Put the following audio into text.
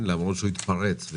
מזרח ירושלים,